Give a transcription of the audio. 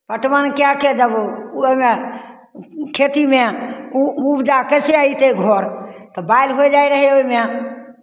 पटवन कए कऽ जब ओहिमे खेतीमे उ उपजा कइसे अयतै घर तऽ बालि होय जाइत रहय ओहिमे